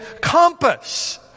compass